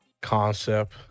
concept